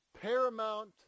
paramount